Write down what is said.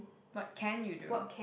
what can you do